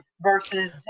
versus